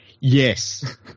Yes